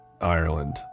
Ireland